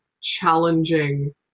challenging